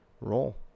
roll